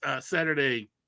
Saturday